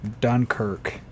Dunkirk